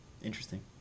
Interesting